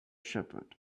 shepherd